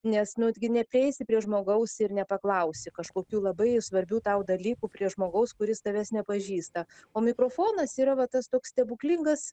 nes nugi neprieisi prie žmogaus ir nepaklausi kažkokių labai svarbių tau dalykų prie žmogaus kuris tavęs nepažįsta o mikrofonas yra va tas toks stebuklingas